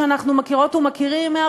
ואנחנו מקווים שכך